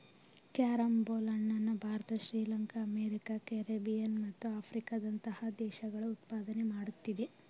carrom ಬೋಲ್ ಹಣ್ಣನ್ನು Bharat Sri Lanka America Caribbean ಮತ್ತು ಆಫ್ರಿಕಾದಂತಹ ದೇಶಗಳು ಉತ್ಪಾದನೆ ಮಾಡುತ್ತಿದೆ